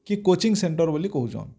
କି coaching centre ବୋଲି କହୁଛନ୍